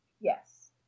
Yes